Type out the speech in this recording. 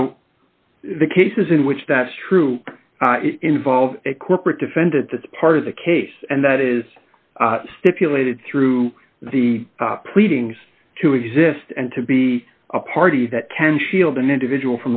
so the cases in which that is true involve a corporate defendant that's part of the case and that is stipulated through the pleadings to exist and to be a party that can shield an individual